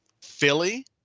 philly